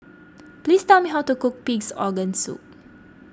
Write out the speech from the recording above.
please tell me how to cook Pig's Organ Soup